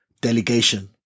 delegation